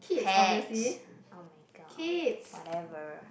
pets oh-my-god whatever